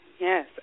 Yes